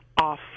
off